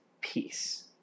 peace